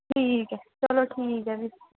ठीक ऐ चलो ठीक ऐ भी